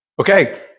Okay